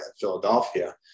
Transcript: Philadelphia